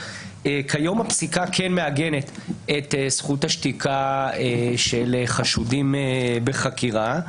כיום הפסיקה כן מעגנת את זכות השתיקה של חשודים בחקירה.